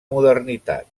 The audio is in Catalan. modernitat